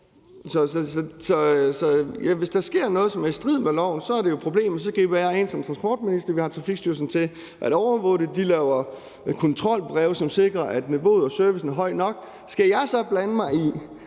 Hvis der sker noget, som er i strid med loven, så er det jo et problem, og så griber jeg som transportminister ind – vi har Trafikstyrelsen til at overvåge det. De laver kontrolbreve, som sikrer, at niveauet af servicen er højt nok. Skal jeg så blande mig i,